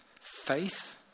faith